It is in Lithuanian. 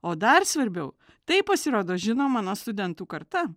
o dar svarbiau tai pasirodo žino mano studentų karta